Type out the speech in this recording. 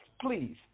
please